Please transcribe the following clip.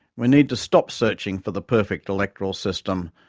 we need to stop searching for the perfect electoral system,